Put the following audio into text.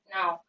Now